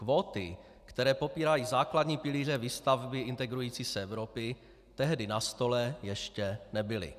Kvóty, které popírají základní pilíře výstavby integrující se Evropy, tehdy na stole ještě nebyly.